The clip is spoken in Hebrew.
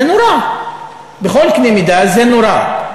זה נורא, בכל קנה מידה זה נורא.